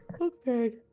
Okay